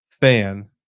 fan